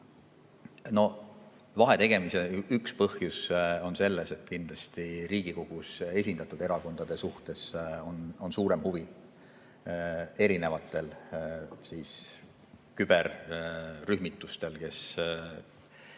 No vahetegemise üks põhjus on selles, et kindlasti Riigikogus esindatud erakondade vastu on suurem huvi erinevatel küberrühmitustel, kes